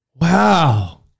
Wow